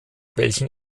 welchen